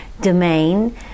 domain